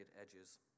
edges